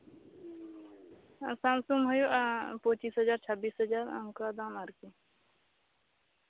Samsung ᱦᱩᱭᱩᱜᱼᱟ ᱯᱚᱸᱪᱤᱥ ᱦᱟᱡᱟᱨ ᱪᱷᱟᱵᱵᱤᱥ ᱦᱟᱡᱟᱨ ᱚᱱᱠᱟ ᱟᱨᱠᱤ